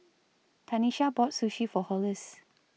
Tanesha bought Sushi For Hollis